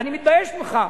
אני מתבייש ממך.